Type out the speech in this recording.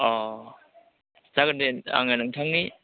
अह जागोन दे आङो नोंथांनि